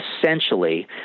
essentially